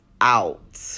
out